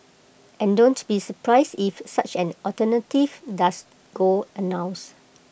and don't be surprised if such an alternative does go announced